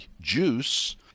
juice